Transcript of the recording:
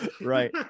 Right